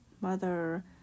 mother